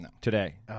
today